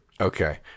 Okay